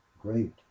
great